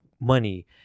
money